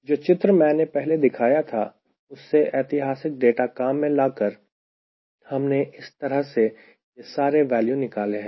जो चित्र मैंने पहले दिखाया था उससे ऐतिहासिक डेटा काम में लाकर हमने इस तरह से यह सारे वैल्यू निकाले हैं